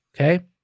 Okay